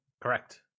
Correct